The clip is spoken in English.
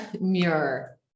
Muir